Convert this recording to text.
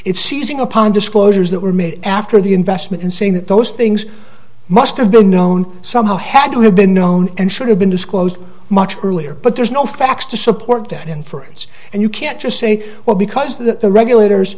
it's seizing upon disclosures that were made after the investment in saying that those things must have been known somehow had to have been known and should have been disclosed much earlier but there's no facts to support that inference and you can't just say well because the regulators